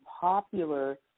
popular